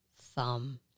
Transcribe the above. thumb